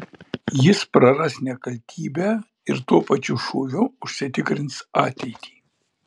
jis praras nekaltybę ir tuo pačiu šūviu užsitikrins ateitį